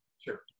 Sure